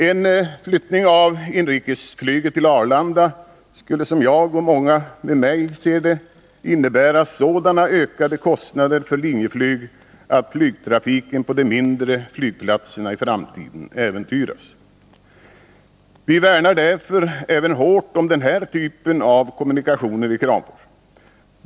En flyttning av inrikesflyget till Arlanda skulle, som jag och många med mig ser det, innebära sådana ökade kostnader för Linjeflyg att flygtrafiken på de mindre flygplatserna i framtiden äventyras. Vi värnar därför även hårt om den här typen av kommunikationer i Kramfors.